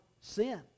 sin